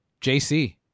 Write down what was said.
jc